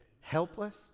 Helpless